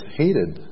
hated